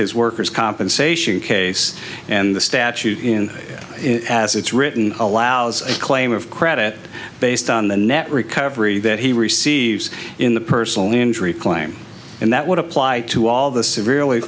his worker's compensation case and the statute in it as it's written allows a claim of credit based on the net recovery that he receives in the personal injury claim and that would apply to all the severely